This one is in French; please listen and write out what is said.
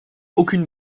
aucune